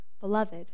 Beloved